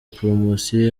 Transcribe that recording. poromosiyo